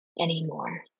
anymore